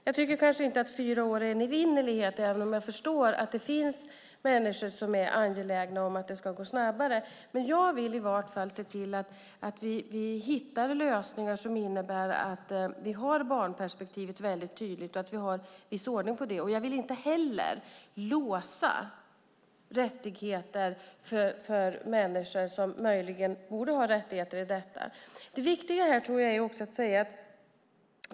Jag tycker inte att fyra år är en evinnerlighet, även om jag förstår att det finns människor som är angelägna om att det ska gå snabbare. Men jag vill i vart fall se till att vi hittar lösningar som innebär att vi har barnperspektivet tydligt för ögonen. Och jag vill inte låsa rättigheter för människor som möjligen borde ha rättigheter i detta.